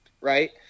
right